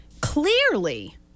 clearly